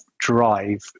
drive